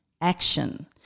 action